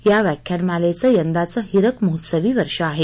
या व्याख्यानमालेचं यंदाचं हिरकमहोत्सवी वर्ष आहे